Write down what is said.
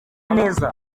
neza